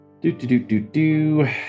Do-do-do-do-do